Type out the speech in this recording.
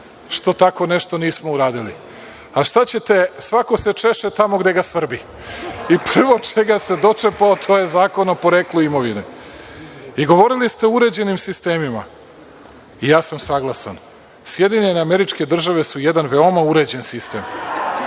što tako nešto nismo uradili. Šta ćete, svako se češe tamo gde ga svrbi, i prvo čega se dočepao, to je Zakon o poreklu imovine. Govorili ste o uređenim sistemima. Ja sam saglasan, SAD su jedan veoma uređen sistem,